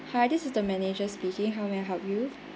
hi this is the manager speaking how may I help you